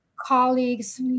colleagues